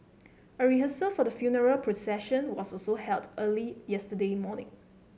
a rehearsal for the funeral procession was also held early yesterday morning